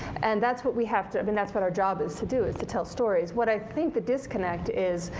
and that's what we have to i mean, that's what our job is to do, is to tell stories. what i think the disconnect is,